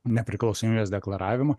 nepriklausomybės deklaravimo